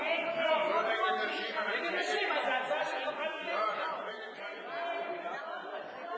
להסיר מסדר-היום את הצעת חוק שוויון ההזדמנויות בעבודה (תיקון,